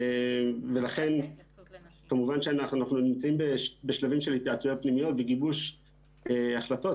אנחנו נמצאים בשלבים של התייעצויות פנימיות וגיבוש החלטות,